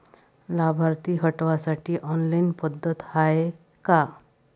लाभार्थी हटवासाठी ऑनलाईन पद्धत हाय का?